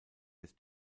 des